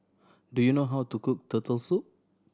do you know how to cook Turtle Soup